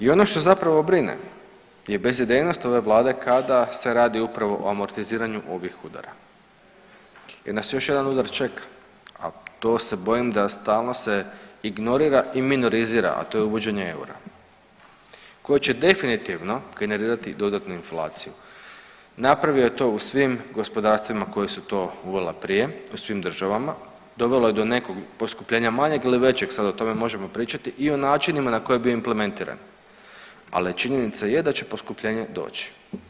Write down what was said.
I ono što zapravo brine je bezidejnost ove vlade kada se radi upravo o amortiziranju ovih udara jer nas još jedan udar čeka, a to se bojim da stalno se ignorira i minorizira, a to je uvođenje eura koji će definitivno generirati dodatnu inflaciju, napravio je to u svim gospodarstvima koja su to uvela prije u svim državama, dovela je do nekog poskupljenja manjeg ili većeg sad o tome možemo pričati i o načinima na koji je bio implementiran, ali činjenica je da će poskupljenje doći.